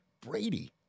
Brady